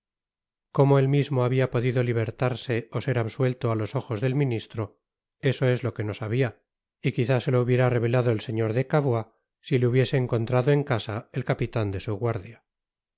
como él mismo habia podido libertarse ó ser absuelto á los ojos del ministro eso es lo que no sabia y quizá se lo hubiera revelado el señor de cavois si le hubiese encontrado en casa el capitan de su guardia